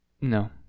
no